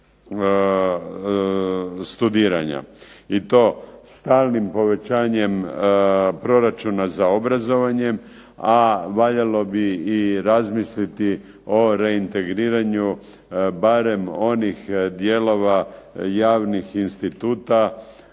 i to stalnim povećanjem proračuna za obrazovanjem a valjalo bi i razmisliti o reintegriranju barem onih dijelova javnih instituta